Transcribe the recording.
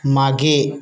मागे